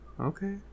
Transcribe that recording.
Okay